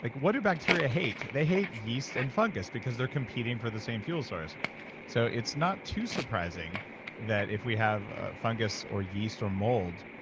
like what do bacteria hate? they hate yeast and fungus because they're competing for the same fuel source so it's not too surprising that if have ah fungus or yeast or mold,